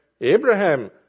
Abraham